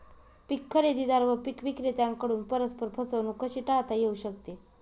पीक खरेदीदार व पीक विक्रेत्यांकडून परस्पर फसवणूक कशी टाळता येऊ शकते?